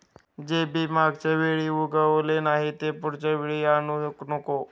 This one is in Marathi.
जे बी मागच्या वेळी उगवले नाही, ते पुढच्या वेळी आणू नको